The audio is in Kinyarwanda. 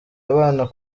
abana